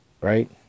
Right